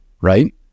right